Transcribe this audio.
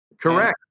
Correct